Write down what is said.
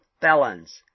felons